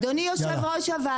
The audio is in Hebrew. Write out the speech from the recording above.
הוא צבוע